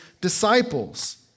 disciples